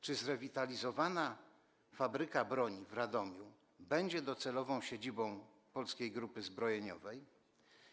Czy zrewitalizowana fabryka broni w Radomiu będzie docelową siedzibą Polskiej Grupy Zbrojeniowej?